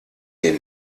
dem